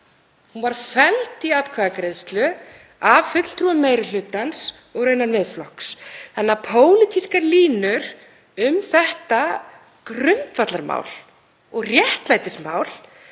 Hún var felld í atkvæðagreiðslu af fulltrúum meiri hlutans og raunar Miðflokks þannig að pólitískar línur um þetta grundvallarmál og réttlætismál